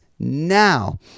Now